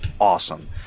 awesome